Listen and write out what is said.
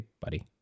buddy